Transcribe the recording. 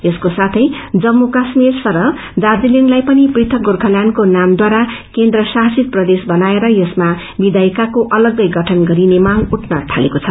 यसको साथै जम्मू काश्मीर सरह दार्जीलिङ्लाई पनि पृथक गोर्खाल्याण्डको नामद्वारा केन्द्रशासित प्रदेश बनाएर यसमा विधायिकाको अलग्गै गठन गरिने मांग उठन थालेको छ